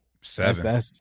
Seven